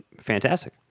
fantastic